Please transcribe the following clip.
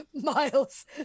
Miles